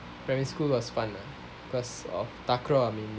primary school was fun lah cause of takraw I mean